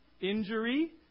injury